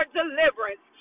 deliverance